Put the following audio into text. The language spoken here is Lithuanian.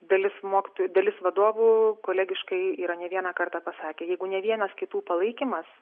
dalis mokytojų dalis vadovų kolegiškai yra ne vieną kartą pasakę jeigu ne vienas kitų palaikymas